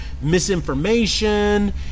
misinformation